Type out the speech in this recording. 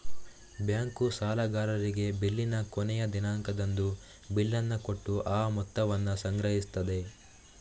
bank ಸಾಲಗಾರರಿಗೆ ಬಿಲ್ಲಿನ ಕೊನೆಯ ದಿನಾಂಕದಂದು ಬಿಲ್ಲನ್ನ ಕೊಟ್ಟು ಆ ಮೊತ್ತವನ್ನ ಸಂಗ್ರಹಿಸ್ತದೆ